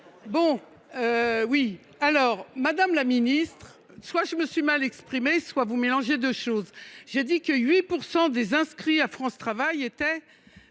très différents ! Madame la ministre, soit je me suis mal exprimée, soit vous mélangez deux choses : j’ai indiqué que 8 % des inscrits à France Travail étaient